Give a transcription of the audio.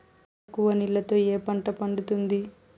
తక్కువ నీళ్లతో ఏ పంట పండుతుంది?